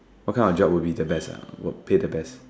what kind of job would be the best ah what pay the best